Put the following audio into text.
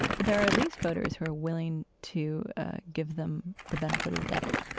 but there are at least voters who are willing to give them the benefit of the doubt,